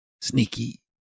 sneaky